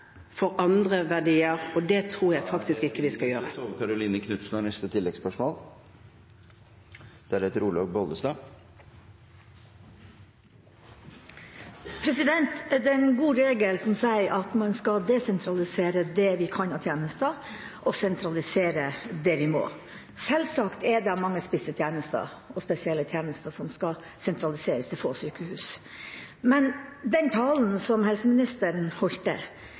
for andre verdier, og det tror jeg faktisk ikke vi skal gjøre. Tove Karoline Knutsen – til oppfølgingsspørsmål. Det er en god regel som sier at vi skal desentralisere det vi kan av tjenester, og sentralisere det vi må. Selvsagt er det mange spesielle tjenester som skal sentraliseres til noen få sykehus. Men den talen som helseministeren holdt,